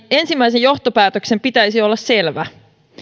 ensimmäisen johtopäätöksen pitäisi olla selvä